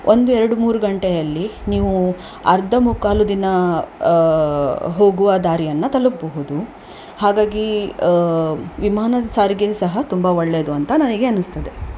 ಒಂದು ಎರಡು ಮೂರು ಗಂಟೆಯಲ್ಲಿ ನೀವು ಅರ್ಧ ಮುಕ್ಕಾಲು ದಿನ ಹೋಗುವ ದಾರಿಯನ್ನ ತಲುಪಬಹುದು ಹಾಗಾಗಿ ವಿಮಾನದ ಸಾರಿಗೆ ಸಹ ತುಂಬಾ ಒಳ್ಳೆಯದು ಅಂತ ನನಗೆ ಅನಿಸ್ತದೆ